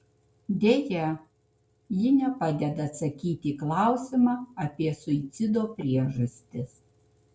deja ji nepadeda atsakyti į klausimą apie suicido priežastis